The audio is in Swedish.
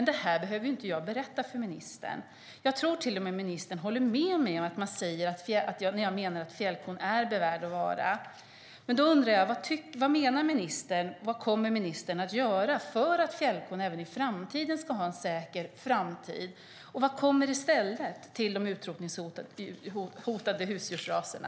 Det här behöver jag inte berätta för ministern. Jag tror till och med att ministern håller med mig då jag säger att fjällkon är värd att bevara. Men då undrar jag vad ministern kommer att göra för att fjällkon ska ha en säker framtid. Vad kommer i stället för de hotade husdjursraserna?